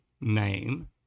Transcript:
name